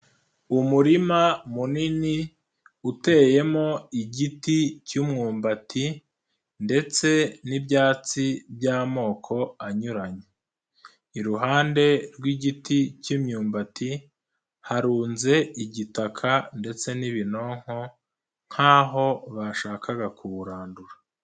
Umurima munini uteyemo igiti cy'umyumbati ndetse n'ibyatsi by'amoko anyuranye, iruhande rw'igiti cy'imyumbati harunze igitaka ndetse n'ibinonko nk'aho bashakaga kuwurandura.